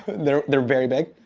they're they're very big?